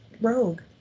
Rogue